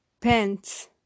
Pants